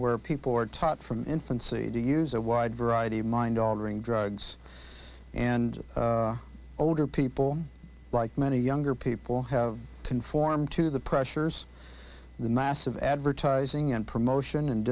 where people are taught from infancy to use a wide variety of mind altering drugs and older people like many younger people have to conform to the pressures of the massive advertising and promotion and